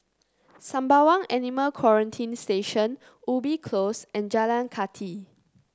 Sembawang Animal Quarantine Station Ubi Close and Jalan Kathi